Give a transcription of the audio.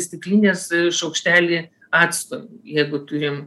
stiklines šaukštelį acto jeigu turim